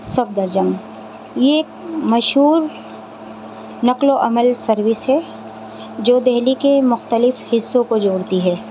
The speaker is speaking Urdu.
سب یہ ایک مشہور نقل و حمل سروس ہے جو دہلی کے مختلف حصوں کو جوڑتی ہے